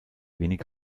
wenig